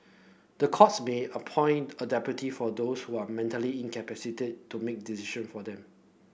the courts be appoint a deputy for those who are mentally incapacitated to make decision for them